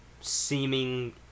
seeming